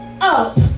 up